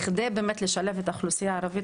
בכדי באמת לשלב את האוכלוסייה הערבית,